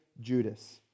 Judas